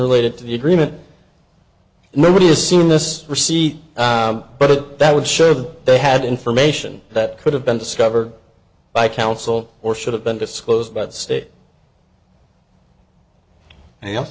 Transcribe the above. related to the agreement nobody has seen this receipt but that would sure that they had information that could have been discovered by counsel or should have been disclosed by the state